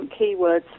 keywords